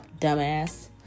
dumbass